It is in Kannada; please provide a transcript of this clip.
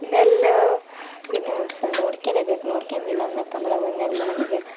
ನೆಲ್ಲು ಇನ್ನೂ ಸಹ ನೋಡ್ಕೊಳ್ಳೇಬೇಕು ನೋಡ್ಕೊಂಡಿಲ್ಲ ಅಂದ್ನಪ್ಪ ಅಂದ್ರೆ ಅದು ನೆಲ್ಲು ನಮಗೆ